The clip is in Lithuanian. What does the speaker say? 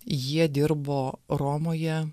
jie dirbo romoje